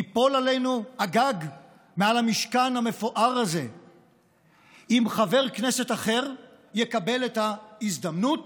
ייפול עלינו הגג במשכן המפואר הזה אם חבר כנסת אחר יקבל את ההזדמנות